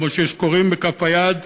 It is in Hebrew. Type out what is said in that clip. כמו שיש קוראים בכף היד,